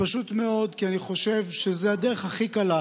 פשוט מאוד כי אני חושב שזו הדרך הכי קלה,